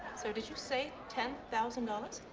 so did you say ten thousand dollars?